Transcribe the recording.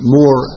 more